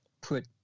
put